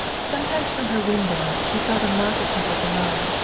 sometimes, from her window, she saw the market people below,